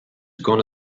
gonna